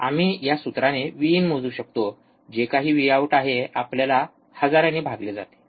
आम्ही या सूत्राने व्हीइन मोजू शकतो जे काही व्हीआऊट आहे आपल्याला हजारांनी भागले जाते का